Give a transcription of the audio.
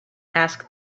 asked